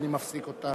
אני רוצה לנגוע,